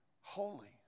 holy